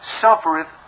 suffereth